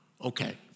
okay